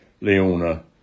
Leona